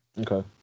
Okay